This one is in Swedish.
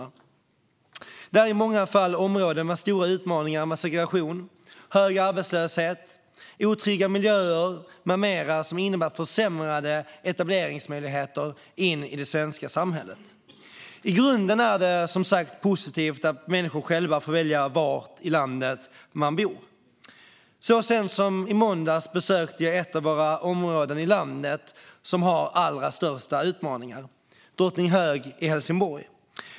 Det är i många fall områden med stora utmaningar såsom segregation, hög arbetslöshet, otrygga miljöer med mera, vilket innebär försämrade etableringsmöjligheter i det svenska samhället. I grunden är det dock som sagt positivt att människor själva får välja var i landet de bor. Så sent som i måndags besökte jag ett av de områden i landet som har allra störst utmaningar, Drottninghög i Helsingborg.